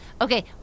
Okay